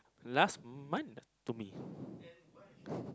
last month to me